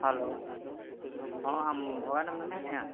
hello ᱦᱚᱸ ᱟᱢ ᱵᱷᱚᱜᱟᱱᱮᱢ ᱢᱮᱱᱮᱫᱼᱟ